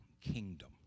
kingdom